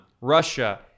Russia